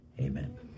amen